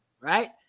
right